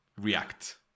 React